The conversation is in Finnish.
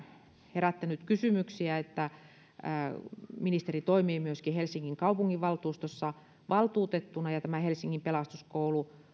herättänyt kysymyksiä sekin että kun ministeri toimii myöskin helsingin kaupunginvaltuustossa valtuutettuna ja tämä helsingin pelastuskoulu